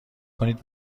کنید